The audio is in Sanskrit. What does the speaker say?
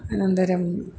अनन्तरं